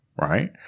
right